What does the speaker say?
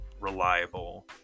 reliable